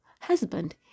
Husband